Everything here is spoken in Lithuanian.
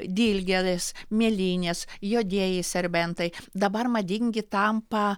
dilgėlės mėlynės juodieji serbentai dabar madingi tampa